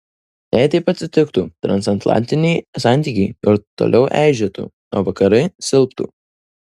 jei taip atsitiktų transatlantiniai santykiai ir toliau eižėtų o vakarai silptų